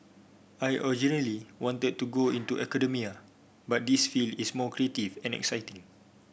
I originally wanted to go into academia but this field is more creative and exciting